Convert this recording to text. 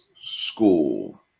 school